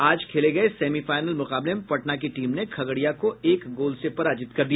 आज खेले गये सेमीफाईनल मुकाबले में पटना की टीम ने खगड़िया को एक गोल से पराजित कर दिया